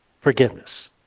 forgiveness